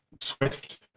swift